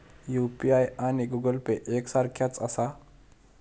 UPI आणि Google Pay एक सारख्याच आसा?